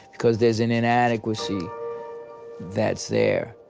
because there's an inadequacy that's there.